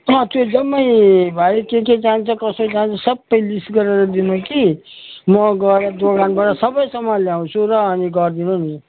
अँ त्यो जम्मै भाइ के के चाहिन्छ कसो चाहिन्छ सबै लिस्ट गरेर दिनु कि म गएर दोकान गएर सबै सामान ल्याउँछु र अनि गरिदिनु नि